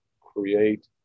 create